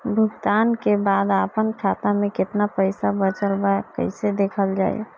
भुगतान के बाद आपन खाता में केतना पैसा बचल ब कइसे देखल जाइ?